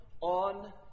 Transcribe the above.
on